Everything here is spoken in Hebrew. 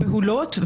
תוכן השיחות